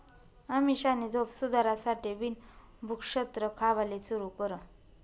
अमीषानी झोप सुधारासाठे बिन भुक्षत्र खावाले सुरू कर